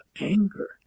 anger